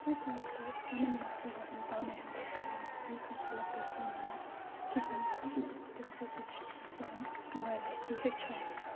یِتھَے پٲٹھۍ کہِ پَنٕنۍ مَسلہٕ گژھن پانَے ہٮ۪نٛڈٕل کَرٕنۍ بیٚکہِ سٕنٛز ہٮ۪ٕلپ گَژھِ نہٕ نی کِہیٖنۍ تَمہِ سۭتۍ تہِ چھُ اِنسان واریاہ کیٚنٛہہ ہیٚچھان